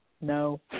No